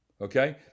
Okay